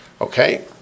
Okay